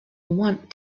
want